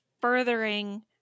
furthering